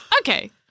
Okay